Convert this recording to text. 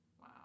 wow